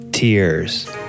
Tears